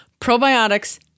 probiotics